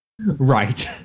Right